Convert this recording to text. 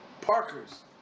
Parkers